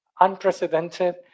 unprecedented